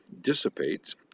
dissipates